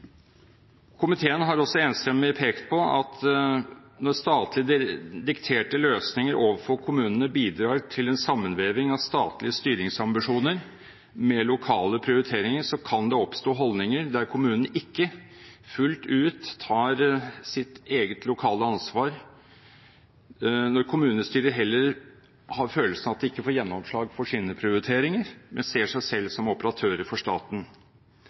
Komiteen har også enstemmig pekt på at når statlig dikterte løsninger overfor kommunene bidrar til en sammenveving av statlige styringsambisjoner med lokale prioriteringer, kan det oppstå holdninger der kommunen ikke fullt ut tar sitt eget lokale ansvar, når kommunestyret heller har følelsen av at det ikke får gjennomslag for sine prioriteringer, men ser seg selv som operatør for staten.